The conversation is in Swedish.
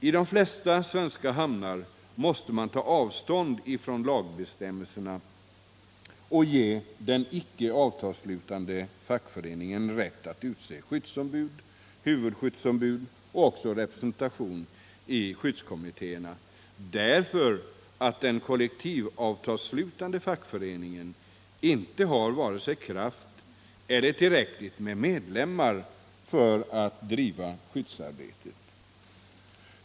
I de flesta svenska hamnar måste man ta avstånd från lagbestämmelserna och ge den ickeavtalsslutande fackföreningen rätt att utse skyddsombud, huvudskyddsombud och också representanter i skyddskommittéerna, därför att den kollektivavtalsslutande fackföreningen inte har vare sig kraft eller tillräckligt med medlemmar för att driva skyddsarbetet.